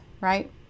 right